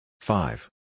five